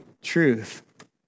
truth